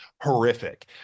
horrific